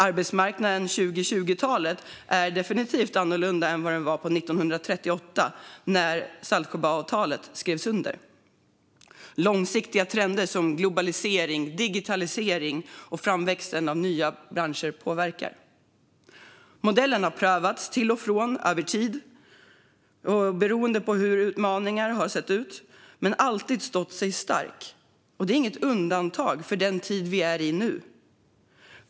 Arbetsmarknaden på 2020-talet är definitivt annorlunda än den var 1938 när Saltsjöbadsavtalet skrevs under. Långsiktiga trender som globalisering, digitalisering och framväxten av nya branscher påverkar. Modellen har prövats till och från över tid, men oberoende av hur utmaningarna har sett ut har den alltid stått sig stark. Den tid vi är i nu är inget undantag.